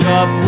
up